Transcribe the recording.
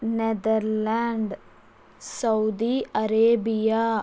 Netherland Saudi Arabia